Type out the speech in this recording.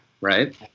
right